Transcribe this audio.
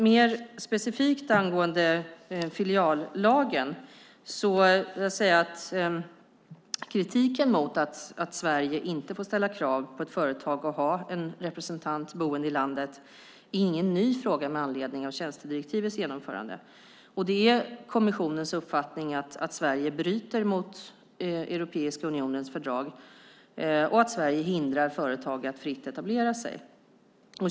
Mer specifikt angående filiallagen vill jag säga att kritiken mot att Sverige ställer krav på att ett företag ska ha en representant boende i landet är ingen ny fråga med anledning av tjänstedirektivets genomförande. Det är kommissionens uppfattning att Sverige bryter mot Europeiska unionens fördrag och att Sverige hindrar företag att fritt etablera sig.